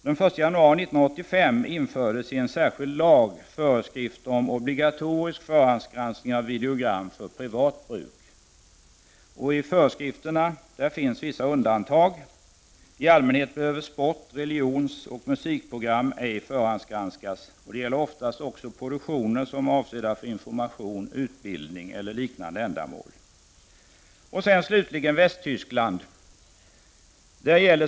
Den 1 januari 1985 infördes i en särskild lag föreskrifter om obligatorisk förhandsgranskning av videogram för privat bruk. I föreskrifterna finns vissa undantag. I allmänhet behöver sport-, religionsoch musikprogram ej förhandsgranskas. Det gäller oftast också produktioner som är avsedda för information utbildning eller liknande ändamål. Slutligen till Västtyskland.